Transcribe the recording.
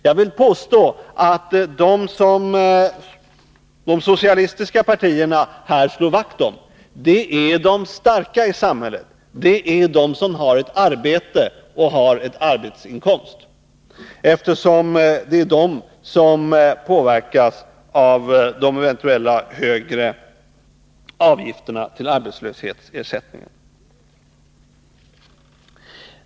Jag vill påstå att de som de socialistiska partierna slår vakt om är de starka i samhället, de som har ett arbete och en arbetsinkomst, eftersom det är de som påverkas av de högre avgifterna till arbetslöshetsförsäkringen.